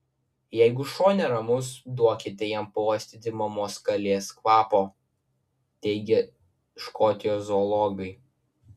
jeigu šuo neramus duokite jam pauostyti mamos kalės kvapo teigia škotijos zoologai